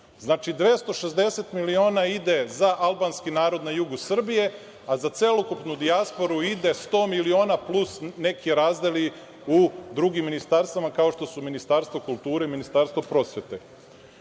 260.000.000 ide za albanski narod na jugu Srbije, a za celokupnu dijasporu ide 100.000.000 plus neki razdeli u drugim ministarstvima, kao što su Ministarstvo kulture i Ministarstvo prosvete.U